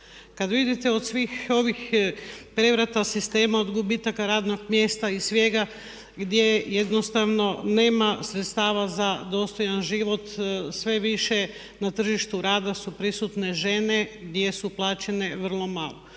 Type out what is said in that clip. Kada vidite od svih ovih prevrata sistema, od gubitaka radnog mjesta i svega gdje jednostavno nema sredstava za dostojan život, sve više na tržištu rada su prisutne žene jer su plaćene vrlo malo.